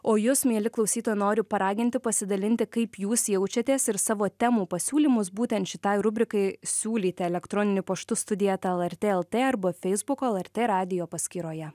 o jus mieli klausytojai noriu paraginti pasidalinti kaip jūs jaučiatės ir savo temų pasiūlymus būtent šitai rubrikai siūlyti elektroniniu paštu studija eta lrt lt arba facebook lrt radijo paskyroje